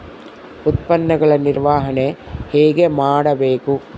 ಉತ್ಪನ್ನಗಳ ನಿರ್ವಹಣೆ ಹೇಗೆ ಮಾಡಬೇಕು?